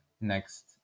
next